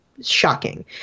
shocking